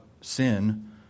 Sin